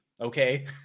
okay